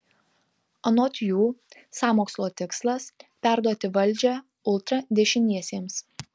anot jų sąmokslo tikslas perduoti valdžią ultradešiniesiems